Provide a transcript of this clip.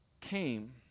came